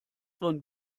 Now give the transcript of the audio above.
von